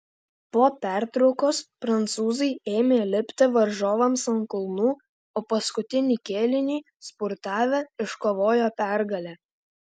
po pertraukos prancūzai ėmė lipti varžovams ant kulnų o paskutinį kėlinį spurtavę iškovojo pergalę